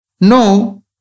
No